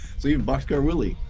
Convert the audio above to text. so you're boxcar willie.